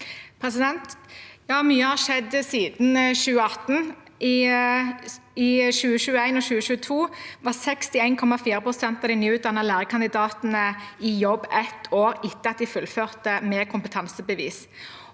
Mye har skjedd siden 2018. I 2021 og 2022 var 61,4 pst. av de nyutdannede lærekandidatene i jobb ett år etter at de hadde fullført med kompetansebevis.